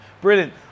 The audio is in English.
Brilliant